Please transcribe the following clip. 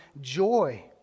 joy